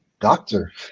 doctor